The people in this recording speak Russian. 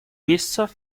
месяцев